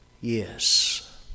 Yes